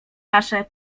nasze